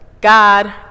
God